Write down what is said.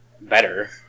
better